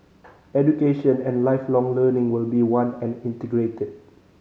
Education and Lifelong Learning will be one and integrated